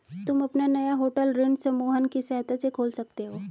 तुम अपना नया होटल ऋण समूहन की सहायता से खोल सकते हो